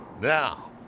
Now